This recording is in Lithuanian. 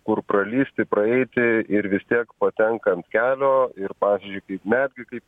kur pralįsti praeiti ir vis tiek patenka ant kelio ir pavyzdžiui kaip netgi kaip